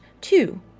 Two